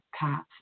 paths